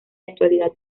actualidad